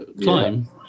climb